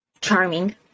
charming